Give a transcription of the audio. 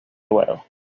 duero